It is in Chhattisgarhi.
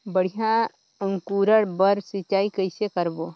बढ़िया अंकुरण बर सिंचाई कइसे करबो?